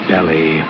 Belly